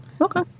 okay